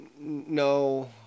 No